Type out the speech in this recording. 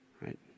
right